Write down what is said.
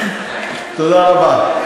תודה רבה.